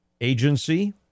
agency